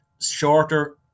shorter